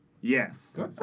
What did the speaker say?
Yes